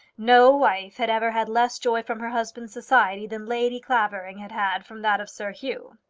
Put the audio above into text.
no wife had ever had less joy from her husband's society than lady clavering had had from that of sir hugh.